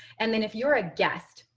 and then if you're a guest,